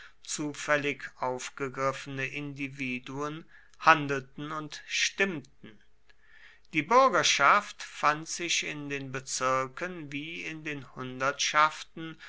zufällig aufgegriffene individuen handelten und stimmten die bürgerschaft fand sich in den bezirken wie in den hundertschaften